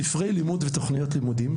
ספרי לימוד ותוכניות לימודים,